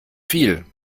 viel